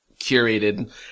curated